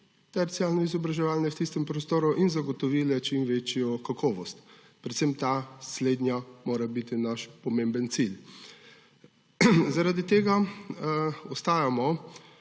terciarno izobraževanje v tistem prostoru in zagotovile čim večjo kakovost; predvsem ta slednja mora biti naš pomemben cilj. Zaradi tega ostajamo